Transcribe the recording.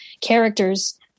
characters